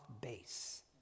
base